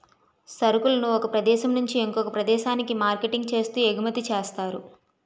సరుకులను ఒక ప్రదేశం నుంచి ఇంకొక ప్రదేశానికి మార్కెటింగ్ చేస్తూ ఎగుమతి చేస్తారు